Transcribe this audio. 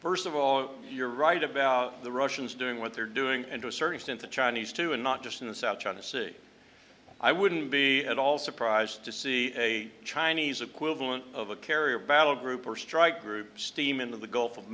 first of all you're right about the russians doing what they're doing and to a certain extent the chinese too and not just in the south china sea i wouldn't be at all surprised to see a chinese equivalent of a carrier battle group or strike group steam into the gulf of